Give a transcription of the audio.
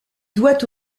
doit